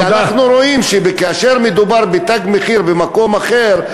כי אנחנו רואים שכאשר מדובר ב"תג מחיר" במקום אחר,